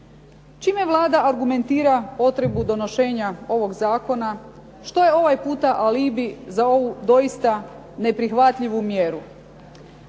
Čime Vlada argumentira potrebu donošenja ovog zakona? što je ovaj puta alibi za ovu doista neprihvatljivu mjeru?